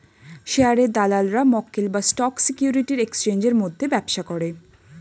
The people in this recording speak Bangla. শেয়ারের দালালরা মক্কেল বা স্টক সিকিউরিটির এক্সচেঞ্জের মধ্যে ব্যবসা করে